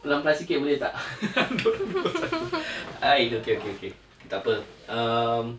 perlahan-lahan sikit boleh tak ai okay okay okay tak apa um